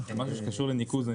כהגדרתו בחוק ניירות ערך,